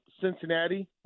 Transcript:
Cincinnati